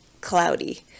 cloudy